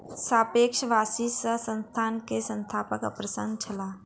सापेक्ष वापसी सॅ संस्थान के संस्थापक अप्रसन्न छलाह